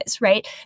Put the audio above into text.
right